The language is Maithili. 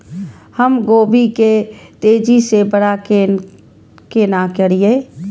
हम गोभी के तेजी से बड़ा केना करिए?